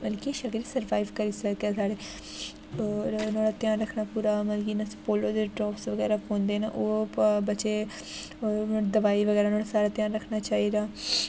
मतलब कि सरवाइव करी सकै घर होर नुहाड़ा ध्यान रखना पूरा मतलब कि इ'यां उसी पोलियो ड्रॉप्स बगैरा पौंदे न ओह् बच्चे होर नुहाड़ी दोआई बगैरा नुहाड़ा सारा ध्यान रखना चाहिदा